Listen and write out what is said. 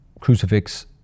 crucifix